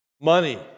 Money